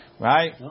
Right